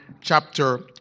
chapter